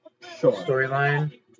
storyline